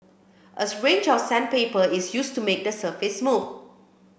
a range of sandpaper is used to make the surface smooth